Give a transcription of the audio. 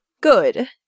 good